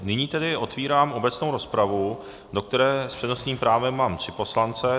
Nyní tedy otvírám obecnou rozpravu, do které s přednostním právem mám tři poslance.